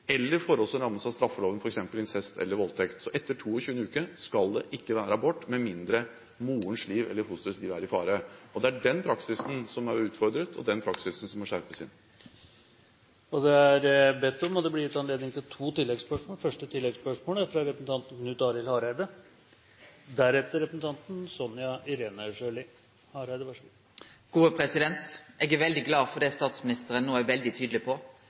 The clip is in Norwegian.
eller forhold som rammes av straffeloven, f.eks. incest eller voldtekt. Så etter 22. uke skal det ikke være abort med mindre morens liv eller fosterets liv er i fare. Det er den praksisen som er utfordret, og det er den praksisen som må skjerpes inn. Det blir gitt anledning til to oppfølgingsspørsmål – først Knut Arild Hareide. Eg er veldig glad for det statsministeren no er veldig tydeleg på, nemleg at den praksisen som no er blitt avdekt, kan ein ikkje fortsetje med. Så er